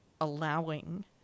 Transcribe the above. allowing